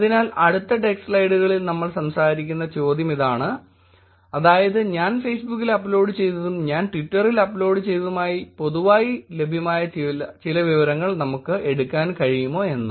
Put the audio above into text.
അതിനാൽ അടുത്ത ഡെക്ക് സ്ലൈഡുകളിൽ നമ്മൾ സംസാരിക്കുന്ന ചോദ്യമാണിത് അതായത് ഞാൻ ഫേസ്ബുക്കിൽ അപ്ലോഡ് ചെയ്തതും ഞാൻ ട്വിറ്ററിൽ അപ്ലോഡ് ചെയ്തതുമായ പൊതുവായി ലഭ്യമായ ചില വിവരങ്ങൾ നമുക്ക് എടുക്കാൻ കഴിയുമോ എന്ന്